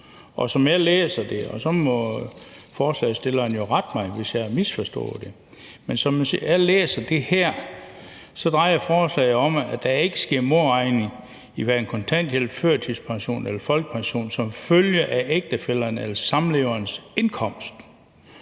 på. Som jeg læser det, og så må forslagsstillerne jo rette mig, hvis jeg har misforstået det, drejer forslaget sig om, at der ikke sker modregning i hverken kontanthjælp, førtidspension eller folkepension som følge af ægtefællens eller samleverens indkomst.